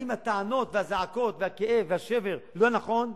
האם הטענות והזעקות והכאב והשבר, לא נכון?